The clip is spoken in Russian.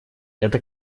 это